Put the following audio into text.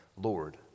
Lord